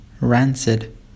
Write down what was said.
rancid